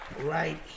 right